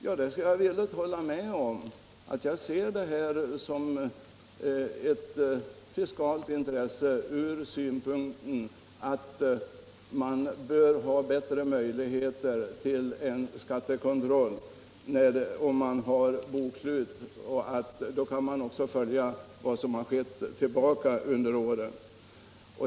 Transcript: Jag skall villigt hålla med om att jag ser detta som ett fiskalt intresse ur den synvinkeln att det finns bättre möjligheter för skattekontroll om det upprättas bokslut. Då kan man också följa vad som skett tidigare under åren.